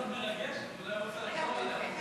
מרגשת, אולי הוא רוצה לחזור עליה.